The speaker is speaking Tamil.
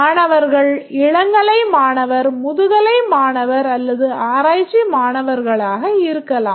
மாணவர்கள் இளங்கலை மாணவர் முதுகலை அல்லது ஆராய்ச்சி மாணவர்களாக இருக்கலாம்